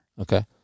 Okay